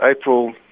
April